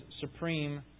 supreme